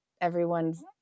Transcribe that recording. everyone's